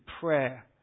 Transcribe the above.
prayer